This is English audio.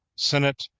senate,